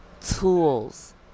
tools